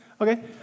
Okay